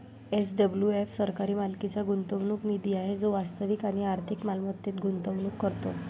SWF सरकारी मालकीचा गुंतवणूक निधी आहे जो वास्तविक आणि आर्थिक मालमत्तेत गुंतवणूक करतो